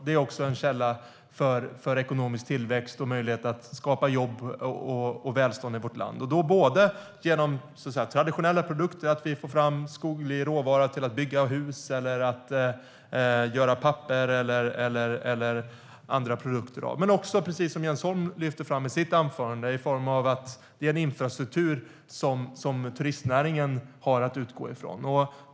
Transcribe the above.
Den är också en källa för ekonomisk tillväxt och möjlighet att skapa jobb och välstånd i vårt land genom traditionella produkter. Vi får fram skoglig råvara till att bygga hus, göra papper eller andra produkter av. Men den är en källa för ekonomisk tillväxt också, precis som Jens Holm lyfte fram i sitt anförande, i form av den infrastruktur som turistnäringen har att utgå ifrån. Herr talman!